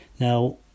now